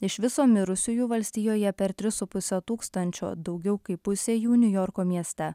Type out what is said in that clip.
iš viso mirusiųjų valstijoje per tris su puse tūkstančio daugiau kaip pusė jų niujorko mieste